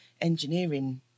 engineering